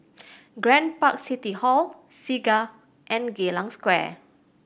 Grand Park City Hall Segar and Geylang Square